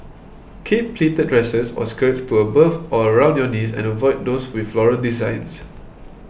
keep pleated dresses or skirts to above or around your knees and avoid those with floral designs